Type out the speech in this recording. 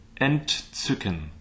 Entzücken